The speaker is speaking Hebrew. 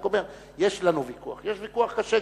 יש לנו ויכוח, יש ויכוח קשה.